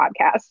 podcast